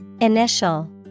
Initial